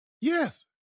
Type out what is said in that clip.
Yes